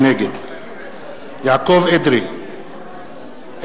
נגד יעקב אדרי,